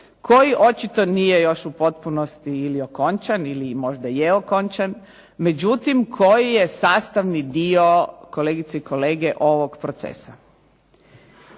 koji očito nije još u potpunosti okončan ili je okončan, međutim, koji je sastavni dio kolegice i kolege ovog procesa.